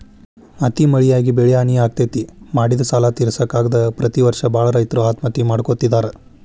ಅತಿ ಮಳಿಯಾಗಿ ಬೆಳಿಹಾನಿ ಆಗ್ತೇತಿ, ಮಾಡಿದ ಸಾಲಾ ತಿರ್ಸಾಕ ಆಗದ ಪ್ರತಿ ವರ್ಷ ಬಾಳ ರೈತರು ಆತ್ಮಹತ್ಯೆ ಮಾಡ್ಕೋತಿದಾರ